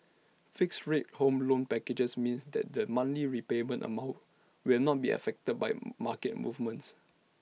fixed rate home loan packages means that the monthly repayment amount will not be affected by market movements